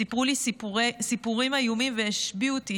וסיפרו לי סיפורים איומים והשביעו אותי